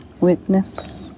Witness